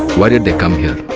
why did they come here?